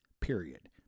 period